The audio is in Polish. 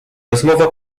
rozmowa